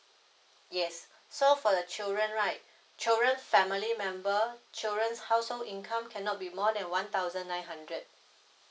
yes so for the children right children family member children's household income cannot be more than one thousand nine hundred